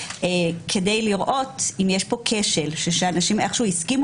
כדי לראות אם יש פה כשל שאנשים איכשהו הסכימו